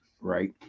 right